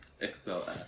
excel